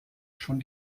schon